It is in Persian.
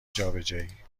جابجایی